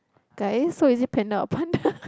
guys so is it panda or panda